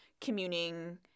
communing